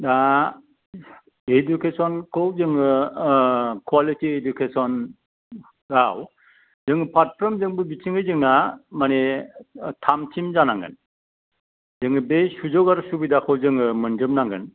दा इडुकेसनखौ जोङो कुवालिटि इडुकेसन आव जों फारफ्रोमजोंबो बिथिंङै जोंना मानि थामथिम जानांगोन जोङो बे सुजुग आरो सुबिदाखौ जोङो मोनजोब नांगोन